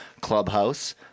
clubhouse